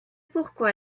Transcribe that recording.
pourquoi